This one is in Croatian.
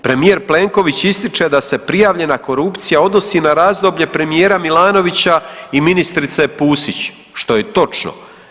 Premijer Plenković ističe da se prijavljena korupcija odnosi na razdoblje premijera Milanovića i ministrice Pusić što je točno.